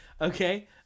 Okay